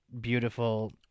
beautiful